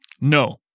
No